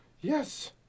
Yes